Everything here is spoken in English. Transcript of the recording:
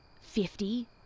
fifty